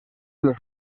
los